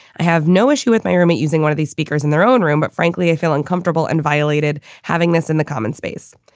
i have no issue with my roommate using one of these speakers in their own room, but frankly, i feel uncomfortable and violated having this in the common space.